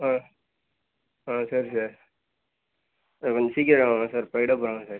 ஆ ஆ சரி sir sir கொஞ்சம் சீக்கிரம் வாங்க சார் போயிவிட போகறாங்க சார்